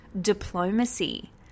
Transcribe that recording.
diplomacy